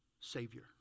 Savior